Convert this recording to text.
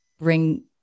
bring